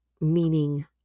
meaning